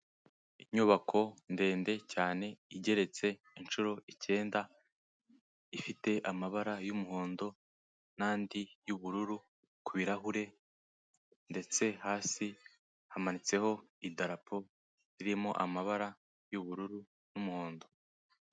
Inyubako ndende cyane igeretse inshuro icyenda, ifite amabara y'umuhondo n'andi y'ubururu ku birahure ndetse hasi hamanitseho idarapo ririmo amabara y'ubururu n'umuhondo.